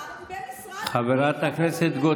יש לכם שר במשרד --- חברת הכנסת גוטליב.